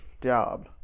job